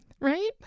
Right